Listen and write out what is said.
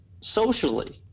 socially